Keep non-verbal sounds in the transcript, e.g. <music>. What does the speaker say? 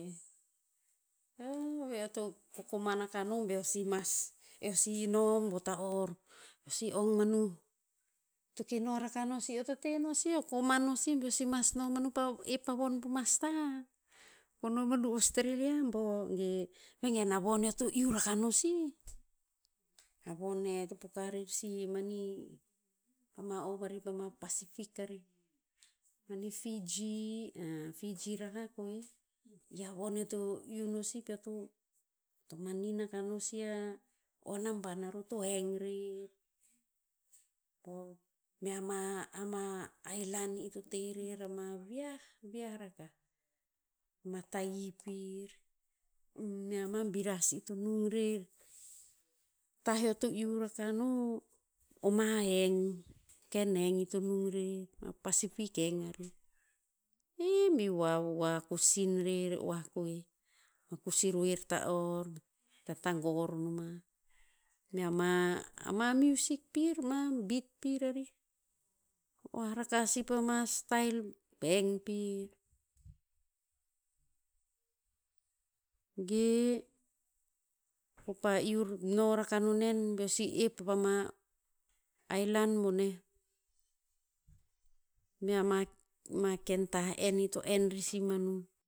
<unintelligible> ve eo to kokoman no si beo si mas, eo si no bo ta'or. Eo si ong manuh. To keh no aka no sih eo to te no sih eo he koman no si beo si mas no manuh pa ep pa von po masta. Ko no manu ostereria bo ge. Vegen a von eoto iu raka no sih, a von e mani to poka rer si mani, pama o varih pama pasipik arih. Mani fiji ah, fiji rakah koeh. I a von eo to iu no sih peo to- to manin akah no sih a, o a naban aruh to heng rer, po, me ama- ama aelan ito te rer ama viah- viah rakah. Ma tahi pir, mea ma biras ito nung rer. Tah eo to iu raka no, o ma heng. Ken heng ito nung rer. Ma pacific heng arih. Hi! Voavoa kosin rer oah koheh. Ma kosi roer ta'or, tatagor noma. Mea ma- ama miusik pir ma bit pir rarih. Oah rakah si pama style heng pir. Ge, ko pa iur no rakah no nen beo si ep <unintelligible> pama aelan boneh, mea ma- ma ken tah en ito en rer si manuh.